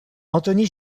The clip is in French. anthony